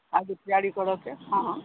आगू तैआरी करय के हँ हँ